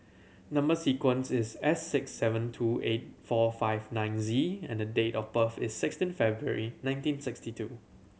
number sequence is S six seven two eight four five nine Z and the date of birth is sixteen February nineteen sixty two